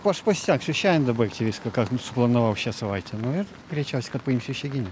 aš pasistengsiu šiandien dabaigti viską ką suplanavau šią savaitę nu ir greičiausiai kad paimsiu išeiginę